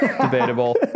Debatable